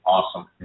Awesome